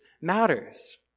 matters